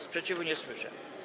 Sprzeciwu nie słyszę.